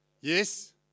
Yes